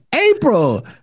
April